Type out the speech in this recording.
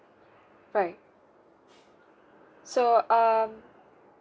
right so um